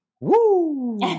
woo